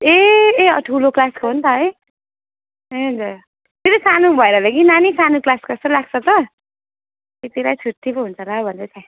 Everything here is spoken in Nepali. ए ए अँ ठुलो क्लासको हो नि त है त्यही त फेरि सानो भएर होला के नानी सानो क्लासको जस्तो लाग्छ त यत्ति बेला छुट्टी पो हुन्छ होला भनेर त